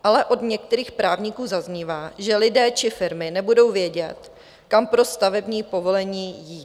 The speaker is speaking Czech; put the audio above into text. Ale od některých právníků zaznívá, že lidé či firmy nebudou vědět, kam pro stavební povolení jít.